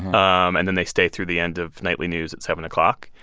um and then they stay through the end of nightly news at seven o'clock.